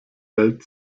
welt